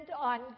on